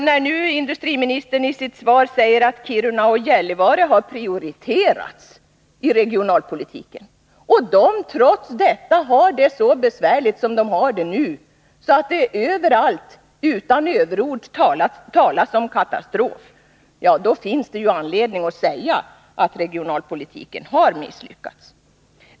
När nu industriministern i sitt svar säger att Kiruna och Gällivare har prioritet i regionalpolitiken och dessa orter trots detta har det så besvärligt som de har det nu, så att det överallt utan överord talas om katastrof, då finns det anledning att säga att regionalpolitiken har misslyckats.